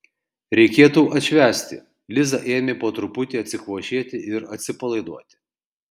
reikėtų atšvęsti liza ėmė po truputį atsikvošėti ir atsipalaiduoti